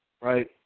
right